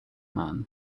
man